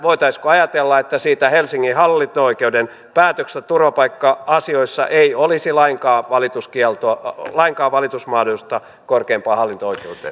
voitaisiinko ajatella että siitä helsingin hallinto oikeuden päätöksestä turvapaikka asioissa ei olisi lainkaan valitusmahdollisuutta korkeimpaan hallinto oikeuteen